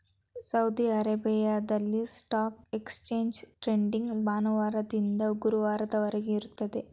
Saudi ಅರೇಬಿಯಾದಲ್ಲಿ stock exchange trading ಭಾನುವಾರದಿಂದ ಗುರುವಾರದವರೆಗೆ ಇರುತ್ತದೆ